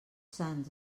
sants